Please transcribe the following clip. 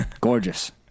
Gorgeous